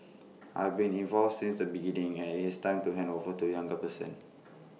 I have been involved since the beginning and IT is time to hand over to A younger person